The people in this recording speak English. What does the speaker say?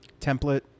template